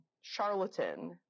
charlatan